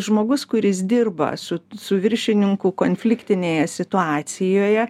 žmogus kuris dirba su su viršininku konfliktinėje situacijoje